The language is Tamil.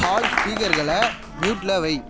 ஹால் ஸ்பீக்கர்களை மியூட்டில் வை